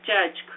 Judge